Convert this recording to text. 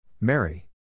Mary